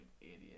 idiot